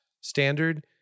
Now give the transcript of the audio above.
standard